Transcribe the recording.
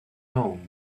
home